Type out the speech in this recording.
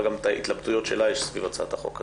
גם את ההתלבטויות שלה סביב הצעת החוק הזאת.